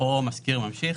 או משכיר ממשיך".